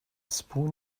spoon